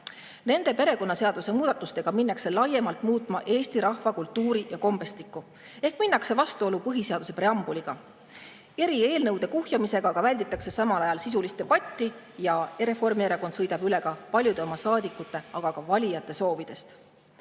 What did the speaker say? Nende perekonnaseaduse muudatustega minnakse laiemalt muutma Eesti rahva kultuuri ja kombestikku. Ehk siis minnakse vastuollu põhiseaduse preambuliga. Eri eelnõude kuhjamisega aga välditakse samal ajal sisulist debatti ja Reformierakond sõidab üle ka paljude oma saadikute, samuti valijate soovidest.